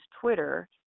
Twitter